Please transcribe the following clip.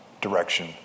direction